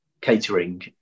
catering